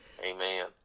Amen